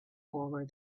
over